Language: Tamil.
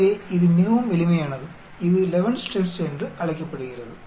எனவே இது மிகவும் எளிமையானது இது லெவென்ஸ் டெஸ்ட் என்று அழைக்கப்படுகிறது